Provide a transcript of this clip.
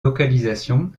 localisation